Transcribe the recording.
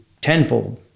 tenfold